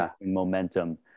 momentum